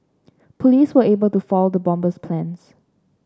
police were able to foil the bomber's plans